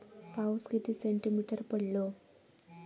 पाऊस किती सेंटीमीटर पडलो?